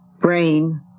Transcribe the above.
brain